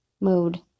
mode